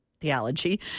theology